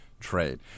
trade